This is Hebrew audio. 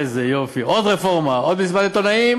איזה יופי, עוד רפורמה, עוד מסיבת עיתונאים.